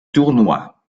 tournoi